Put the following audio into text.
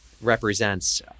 represents